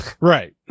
right